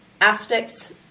aspects